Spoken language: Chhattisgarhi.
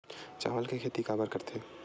चावल के खेती काबर करथे?